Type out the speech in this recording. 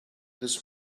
this